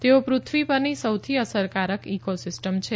તેઓ પૃથ્વી પરની સૌથી અસરકારક ઇકોસિસ્તમ છે